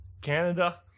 Canada